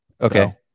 Okay